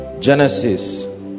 Genesis